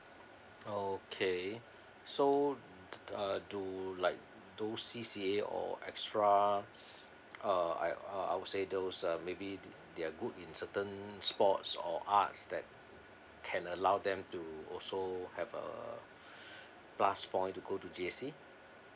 okay so uh do like those C_C_A or extra uh uh I would say those um maybe they're good in certain sports or arts that can allow them to also have uh plus point to go to J_C